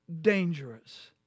Dangerous